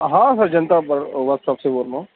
ہاں بھائی جنتا ورک شاپ سے بول رہا ہوں